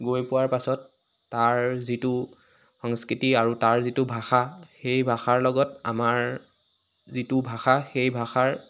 গৈ পোৱাৰ পাছত তাৰ যিটো সংস্কিতি আৰু তাৰ যিটো ভাষা সেই ভাষাৰ লগত আমাৰ যিটো ভাষা সেই ভাষাৰ